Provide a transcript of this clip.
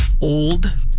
old